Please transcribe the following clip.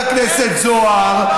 הקמת ועדה לסידור עבודה, חבר הכנסת זוהר.